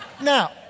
Now